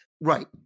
Right